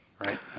right